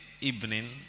evening